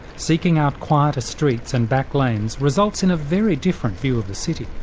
seeking out quieter streets and back lanes results in a very different view of the city.